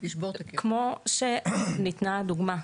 כמו שניתנה הדוגמא,